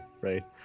right